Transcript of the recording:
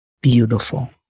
Beautiful